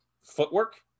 footwork